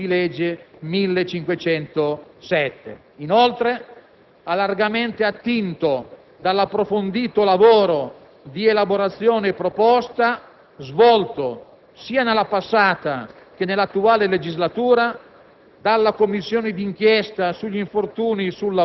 si è svolto congiuntamente con il disegno di legge n. 1507; inoltre, ha largamente attinto dall'approfondito lavoro di elaborazione e proposta svolto sia nella passata che nell'attuale legislatura